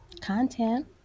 content